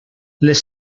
les